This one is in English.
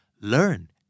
learn